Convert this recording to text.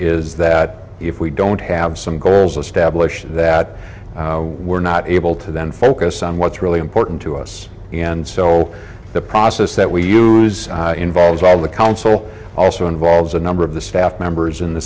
is that if we don't have some goals established that we're not able to then focus on what's really important to us and so the process that we use involves i would council also involves a number of the staff members in the